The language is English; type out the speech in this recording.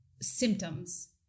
symptoms